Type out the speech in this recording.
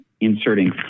inserting